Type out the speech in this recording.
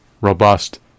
robust